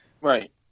Right